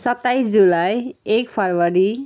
सताइस जुलाई एक फेब्रुअरी